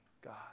God